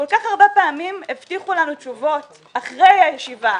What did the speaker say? כל כך הרבה פעמים הבטיחו לנו תשובות אחרי הישיבה,